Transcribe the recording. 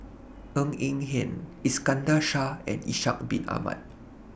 Ng Eng Hen Iskandar Shah and Ishak Bin Ahmad